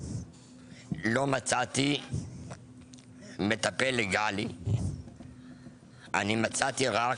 לא מצאתי מטפל לגאלי, אני מצאתי רק